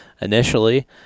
initially